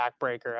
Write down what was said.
backbreaker